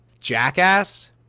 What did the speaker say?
Jackass